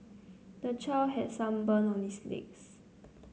the child has some burns on his legs